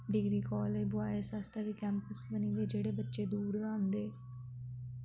degree college बोऐज आस्तै बी कैम्पस बने दे जेह्ड़े बच्चे दूर दा आंदे